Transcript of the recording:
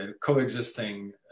coexisting